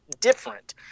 different